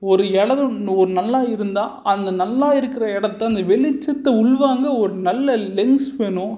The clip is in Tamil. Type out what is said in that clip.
ஒரு இடதுன் ஒரு நல்லா இருந்தால் அந்த நல்லா இருக்கிற இடத்த அந்த வெளிச்சத்தை உள்வாங்க ஒரு நல்ல லென்ஸ் வேணும்